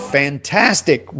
fantastic